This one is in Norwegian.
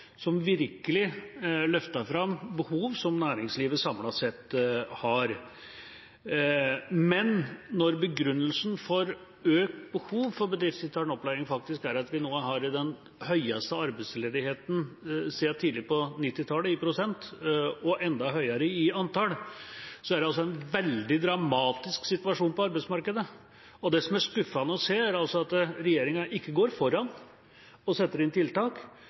som virkelig løfter fram behov som næringslivet samlet sett har. Men når begrunnelsen for økt behov for bedriftsintern opplæring faktisk er at vi nå har den høyeste arbeidsledigheten siden tidlig på 1990-tallet i prosent – og enda høyere i antall – er det altså en veldig dramatisk situasjon på arbeidsmarkedet. Det som er skuffende å se, er at regjeringa ikke går foran og setter inn tiltak,